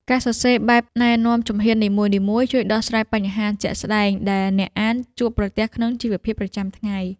ការសរសេរបែបណែនាំជំហាននីមួយៗ ជួយដោះស្រាយបញ្ហាជាក់ស្តែងដែលអ្នកអានជួបប្រទះក្នុងជីវភាពប្រចាំថ្ងៃ។